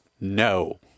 no